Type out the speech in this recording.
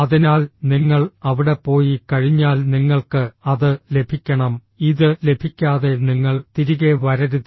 അതിനാൽ നിങ്ങൾ അവിടെ പോയി കഴിഞ്ഞാൽ നിങ്ങൾക്ക് അത് ലഭിക്കണം ഇത് ലഭിക്കാതെ നിങ്ങൾ തിരികെ വരരുത്